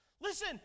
Listen